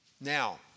Now